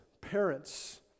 parents